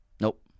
Nope